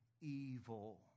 evil